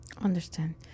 Understand